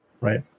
right